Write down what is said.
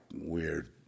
weird